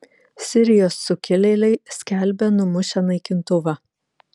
sirijos sukilėliai skelbia numušę naikintuvą